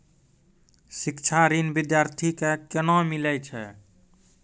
शिक्षा ऋण बिद्यार्थी के कोना मिलै छै?